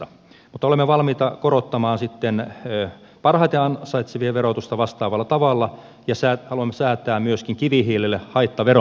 mutta olemme valmiita korottamaan parhaiten ansaitsevien verotusta vastaavalla tavalla ja haluamme säätää myöskin kivihiilelle haittaveron